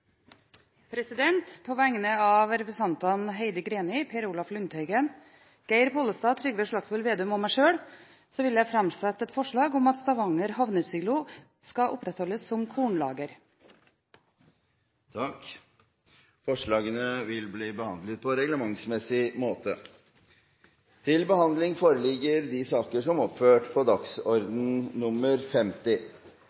På vegne av representantene Heidi Greni, Per Olaf Lundteigen, Geir Pollestad, Trygve Slagsvold Vedum og meg sjøl vil jeg framsette et forslag om at Stavanger Havnesilo skal opprettholdes som kornlager. Forslagene vil bli behandlet på reglementsmessig måte. Ingen har bedt om ordet. Som